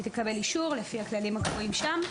היא תקבל אישור לפי הכללים הקבועים שם.